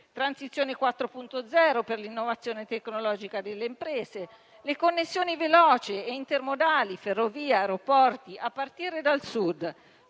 transizione 4.0 per l'innovazione tecnologica delle imprese; connessioni veloci e intermodali (ferrovie e aeroporti, a partire dal Sud);